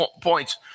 points